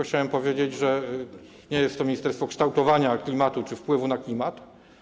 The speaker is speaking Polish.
Chciałbym tylko powiedzieć, że nie jest to ministerstwo kształtowania klimatu czy wpływu na klimat.